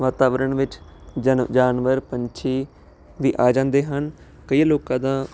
ਵਾਤਾਵਰਨ ਵਿੱਚ ਜਨ ਜਾਨਵਰ ਪੰਛੀ ਵੀ ਆ ਜਾਂਦੇ ਹਨ ਕਈ ਲੋਕਾਂ ਦਾ